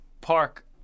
park